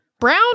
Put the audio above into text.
Brown